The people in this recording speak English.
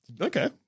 Okay